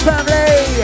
family